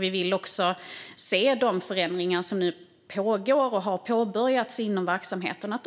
Vi vill också se att de förändringar som nu har påbörjats och som pågår inom verksamheten